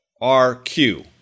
R-Q